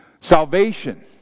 salvation